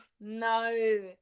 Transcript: no